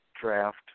draft